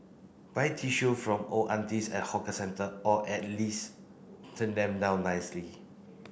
buy tissue from old aunties at hawker centre or at least turn them down nicely